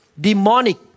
demonic